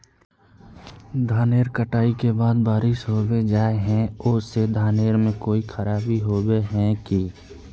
धानेर कटाई के बाद बारिश होबे जाए है ओ से धानेर में कोई खराबी होबे है की?